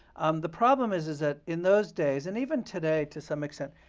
the problem is is that, in those days, and even today to some extent,